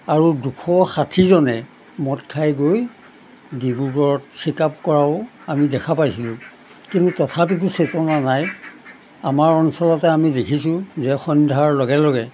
আৰু দুশ ষাঠিজনে মদ খাই গৈ ডিব্ৰুগড়ত চেকআপ কৰাও আমি দেখা পাইছিলোঁ কিন্তু তথাপিতো চেতনা নাই আমাৰ অঞ্চলতে আমি দেখিছোঁ যে সন্ধ্যাৰ লগে লগে